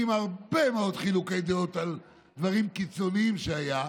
עם הרבה מאוד חילוקי דעות על דברים קיצוניים שהיו,